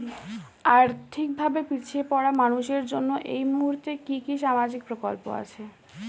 আর্থিক ভাবে পিছিয়ে পড়া মানুষের জন্য এই মুহূর্তে কি কি সামাজিক প্রকল্প আছে?